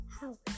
House